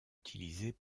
utilisées